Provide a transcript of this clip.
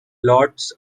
lots